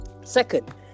second